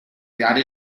creare